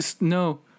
No